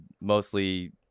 mostly